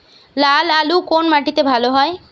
লাল আলু কোন মাটিতে ভালো হয়?